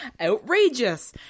outrageous